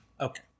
Okay